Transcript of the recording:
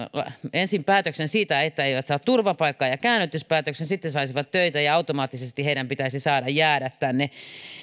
ensin päätöksen siitä että eivät saa turvapaikkaa ja käännytyspäätöksen ja sitten saavat töitä ja automaattisesti heidän pitäisi saada jäädä tänne